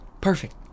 Perfect